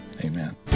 Amen